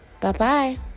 Bye-bye